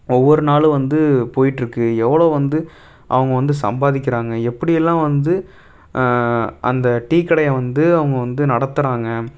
ஒவ்வொரு நாளும் வந்து போயிட்ருக்குது எவ்வளோ வந்து அவங்க வந்து சம்பாதிக்கிறாங்க எப்படி எல்லாம் வந்து அந்த டீ கடையை வந்து அவங்க வந்து நடத்துகிறாங்க